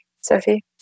Sophie